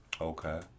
Okay